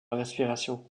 respiration